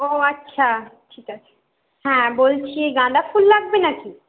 ও আচ্ছা ঠিক আছে হ্যাঁ বলছি গাঁদা ফুল লাগবে না কি